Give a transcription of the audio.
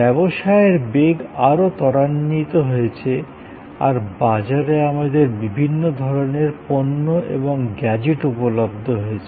ব্যবসায়ের বেগ আরো ত্বরান্বিত হয়েছে আর বাজারে আমাদের বিভিন্ন ধরণের পণ্য এবং গ্যাজেট উপলব্ধ হয়েছে